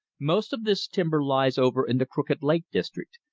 most of this timber lies over in the crooked lake district,